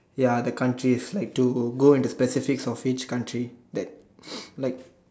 ya the countries like to go into specifics of each country that like